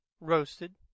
roasted